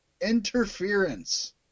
interference